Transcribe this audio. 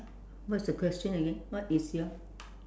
what's the question again what is your